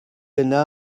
yna